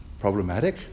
problematic